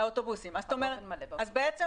אז בעצם